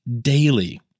daily